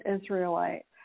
Israelite